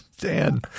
Dan